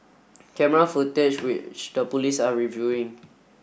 camera footage which the police are reviewing